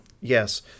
Yes